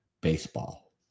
Baseball